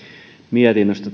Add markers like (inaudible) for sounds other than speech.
mietinnöstä (unintelligible)